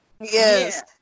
Yes